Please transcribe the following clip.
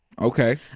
Okay